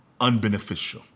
unbeneficial